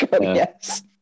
yes